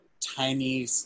tiny